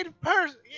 person